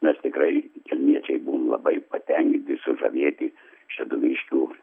mes tikrai kelmiečiai buvom labai patenkinti sužavėti šeduviškių